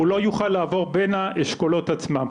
הוא לא יוכל לעבור בין האשכולות עצמם,